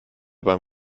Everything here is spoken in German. beim